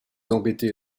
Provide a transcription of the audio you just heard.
embêter